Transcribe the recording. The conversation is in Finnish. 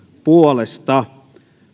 puolesta